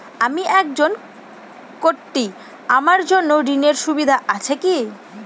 আমি একজন কট্টি আমার জন্য ঋণের সুবিধা আছে কি?